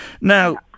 Now